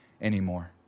anymore